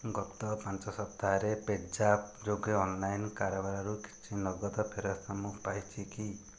ଗତ ପାଞ୍ଚ ସପ୍ତାହରେ ପେ ଜାପ୍ ଯୋଗେ ଅନଲାଇନ୍ କାରବାରରୁ କିଛି ନଗଦ ଫେରସ୍ତ ମୁଁ ପାଇଛି କି